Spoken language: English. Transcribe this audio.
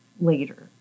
later